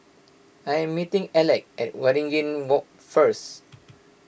I am meeting Alec at Waringin Walk first